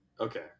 Okay